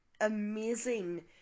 amazing